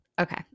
okay